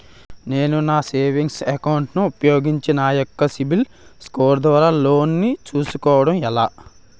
నేను నా savings account ను ఉపయోగించి నా యెక్క సిబిల్ స్కోర్ ద్వారా లోన్తీ సుకోవడం ఎలా?